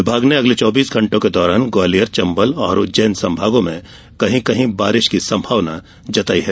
विभाग ने अगले चौबीस घंटों के दौरान ग्वालियर चंबल और उज्जैन संभाग में कहीं कहीं बारिश की सम्भावना जताई है